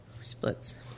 Splits